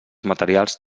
materials